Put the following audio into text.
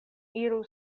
iru